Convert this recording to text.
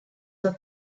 that